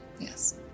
Yes